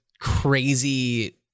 crazy